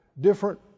different